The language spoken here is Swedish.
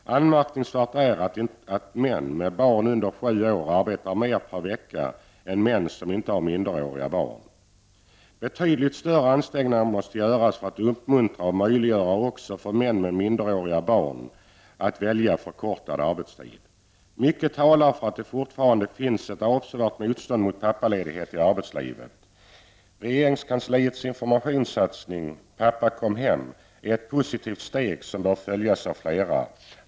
Anmärkningsvärt är att män med barn under sju år arbetar mer per vecka än män som inte har minderåriga barn. Det måste göras betydligt större ansträngningar för att uppmuntra och möjliggöra också för män med minderåriga barn att välja förkortad arbetstid. Mycket talar för att det fortfarande i arbetslivet finns ett avsevärt motstånd mot pappaledighet. Regeringskansliets informationssatsning ''Pappa kom hem'' är ett positivt steg som bör följas av flera.